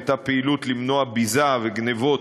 הייתה פעילות למנוע ביזה וגנבות,